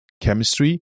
chemistry